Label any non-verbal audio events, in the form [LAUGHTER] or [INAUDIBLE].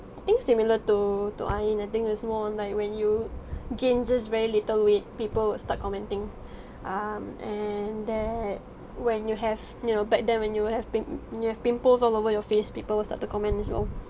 I think similar to to Ain I think it's more on like when you gain just very little weight people would start commenting [BREATH] um and that when you have you know back then when you will have pim~ you have pimples all over your face people will start to comment as well